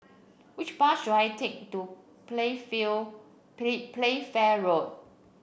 which bus should I take to Playfair Road